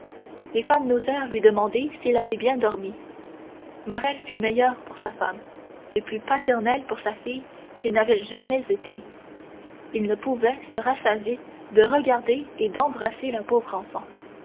les femmes n'osèrent lui demander s'il avait bien dormi morrel fut meilleur pour sa femme et plus paternel pour sa fille qu'il n'avait jamais été il ne pouvait se rassasier de regarder et d'embrasser la pauvre enfant